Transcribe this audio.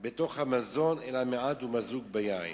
בתוך המזון אלא מעט ימזוג ביין".